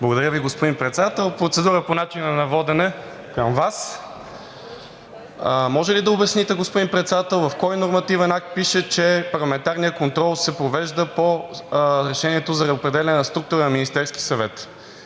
Благодаря Ви, господин Председател. Процедурата е по начина на водене към Вас. Може ли да обясните, господин Председател, в кой нормативен акт пише, че парламентарният контрол се провежда по Решението за определяне на структура на Министерския съвет?